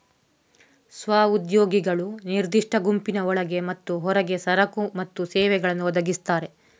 ಸ್ವ ಉದ್ಯೋಗಿಗಳು ನಿರ್ದಿಷ್ಟ ಗುಂಪಿನ ಒಳಗೆ ಮತ್ತು ಹೊರಗೆ ಸರಕು ಮತ್ತು ಸೇವೆಗಳನ್ನು ಒದಗಿಸ್ತಾರೆ